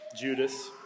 Judas